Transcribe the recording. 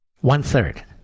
One-third